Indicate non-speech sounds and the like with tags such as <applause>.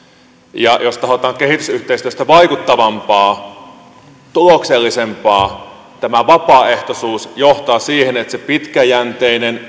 jos tahdotaan kehitysyhteistyöstä vaikuttavampaa tuloksellisempaa tämä vapaaehtoisuus johtaa siihen että se pitkäjänteinen <unintelligible>